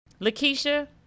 Lakeisha